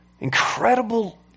Incredible